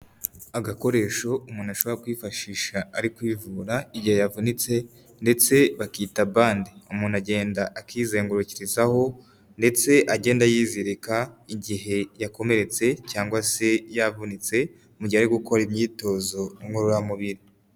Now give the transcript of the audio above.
Agakoresho umuntu ashobora kwifashisha ari kwivura igihe yavunitse ndetse bakita bande. Umuntu agenda akizengurukirizaho ndetse agenda yizirika igihe yakomeretse cyangwa se yavunitse ,mu gihe ari gukora imyitozo ngororamubiri.